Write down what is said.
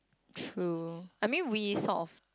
true I mean we sort of